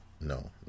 No